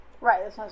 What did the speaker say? Right